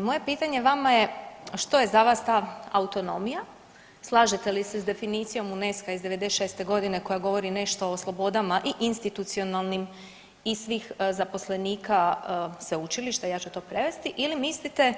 Moje pitanje vama je što je za vas ta autonomija, slažete li se s definicijom UNESCO-a iz '96. g. koja govori nešto o slobodama i institucionalnim i svih zaposlenika sveučilišta, ja ću to prevesti ili mislite